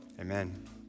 Amen